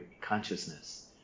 consciousness